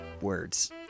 words